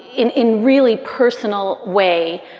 in in really personal way,